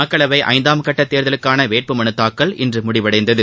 மக்களவை ஐந்தாம் கட்ட தேர்தலுக்காள வேட்புமலுத்தாக்கல் இன்று முடிவடைந்தது